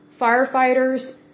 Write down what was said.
firefighters